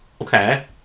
Okay